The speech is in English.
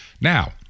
Now